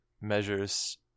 measures